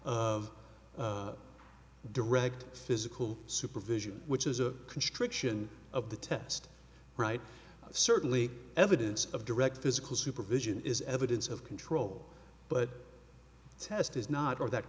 of direct physical supervision which is a constriction of the test right certainly evidence of direct physical supervision is evidence of control but the test is not or that